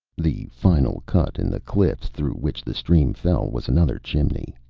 the final cut in the cliffs through which the stream fell was another chimney.